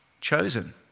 chosen